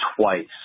twice